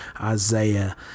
Isaiah